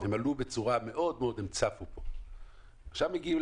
ישבו פה יבואנים